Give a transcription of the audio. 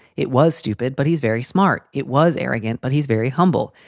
it was stupid, but he's very smart. it was arrogant, but he's very humble.